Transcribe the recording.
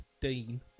Dean